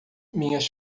minhas